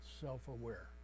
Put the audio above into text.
self-aware